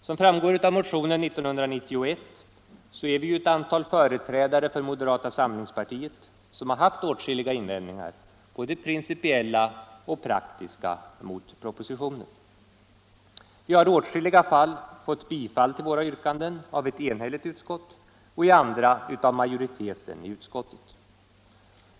Som framgår av motionen 1991 är vi ett antal företrädare för moderata samlingspartiet som har haft åtskilliga invändningar, både principiella och praktiska, mot propositionen. Vi har i åtskilliga fall fått tillstyrkan till våra yrkanden av ett enhälligt utskott och i andra fall av majoriteten i utskottet.